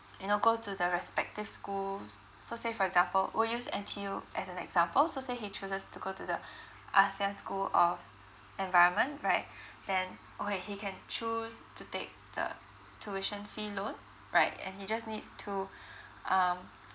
you know go to the respective schools so say for example we'll use N_T_U as an example so say he chooses to go to the asian school of environment right then okay he can choose to take the tuition fee loan right and he just needs to um